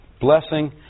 blessing